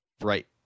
Right